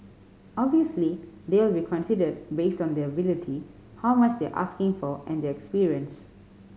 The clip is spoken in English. obviously they'll be considered based on their ability how much they are asking for and their experience